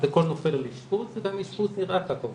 אז הכול נופל על אשפוז וגם האשפוז נראה ככה,